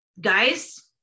guys